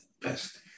best